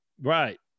Right